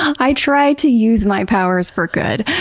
i try to use my powers for good.